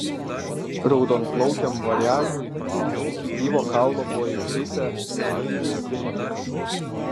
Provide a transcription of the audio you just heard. raudonplaukiam variagui iki gyvo kaulo buvo įgrisę melai ir pinklės